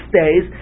days